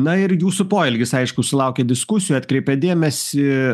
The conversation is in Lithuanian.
na ir jūsų poelgis aišku sulaukė diskusijų atkreipia dėmesį